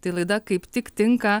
tai laida kaip tik tinka